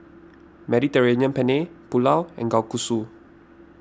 Mediterranean Penne Pulao and Kalguksu